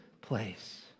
place